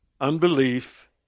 Unbelief